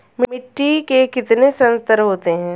मिट्टी के कितने संस्तर होते हैं?